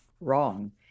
wrong